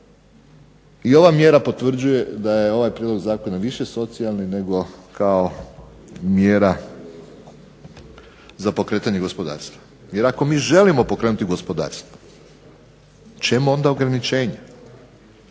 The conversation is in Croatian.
i ova mjera potvrđuje da je ovaj prijedlog zakona više socijalni nego kao mjera za pokretanje gospodarstva. Jer ako mi želimo pokrenuti gospodarstvo, čemu onda ograničenje?